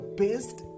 best